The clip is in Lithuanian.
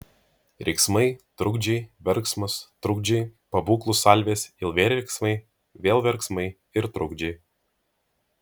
riksmai trukdžiai verksmas trukdžiai pabūklų salvės ir vėl riksmai vėl verksmai ir trukdžiai